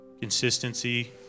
Consistency